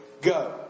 go